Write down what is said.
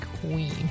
queen